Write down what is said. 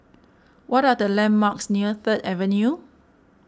what are the landmarks near Third Avenue